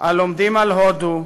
הלומדים על הודו,